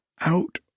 Out